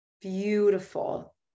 beautiful